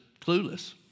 clueless